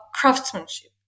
craftsmanship